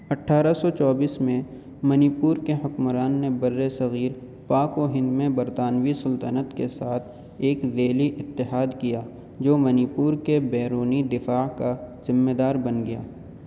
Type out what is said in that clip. اٹھارہ سو چوبیس میں منی پور کے حکمران نے برِ صغیر پاک و ہند میں برطانوی سلطنت کے ساتھ ایک ذیلی اتحاد کیا جو منی پور کے بیرونی دفاع کا ذمے دار بن گیا